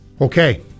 okay